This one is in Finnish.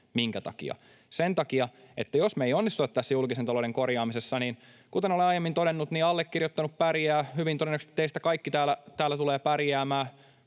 Minkä takia? Sen takia, että jos me ei onnistuta tässä julkisen talouden korjaamisessa, niin, kuten olen aiemmin todennut, allekirjoittanut pärjää, hyvin todennäköisesti teistä kaikki täällä tulevat pärjäämään,